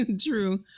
true